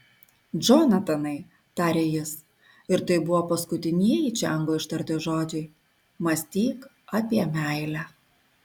džonatanai tarė jis ir tai buvo paskutinieji čiango ištarti žodžiai mąstyk apie meilę